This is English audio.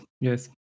yes